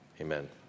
amen